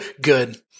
Good